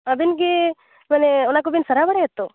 ᱟᱵᱮᱱ ᱜᱮ ᱢᱟᱱᱮ ᱚᱱᱟ ᱠᱚᱵᱮᱱ ᱥᱟᱨᱟᱣ ᱵᱟᱲᱟᱭᱟ ᱛᱚ